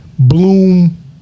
bloom